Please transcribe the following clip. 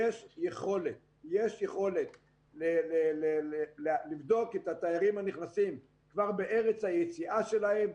יש יכולת לבדוק את התיירים הנכנסים כבר בארץ היציאה שלהם,